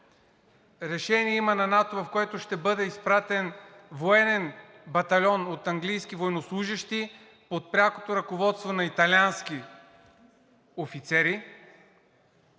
решение на НАТО, по което ще бъде изпратен военен батальон от английски военнослужещи под прякото ръководство на италиански офицери